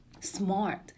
smart